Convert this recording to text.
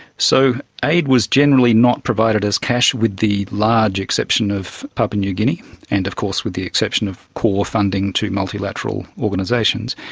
so aid was generally not provided as cash, with the large exception of papua new guinea and of course with the exception of core funding to multilateral organisations.